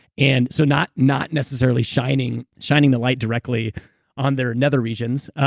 and so not not necessarily shining shining the light directly on their nether regions,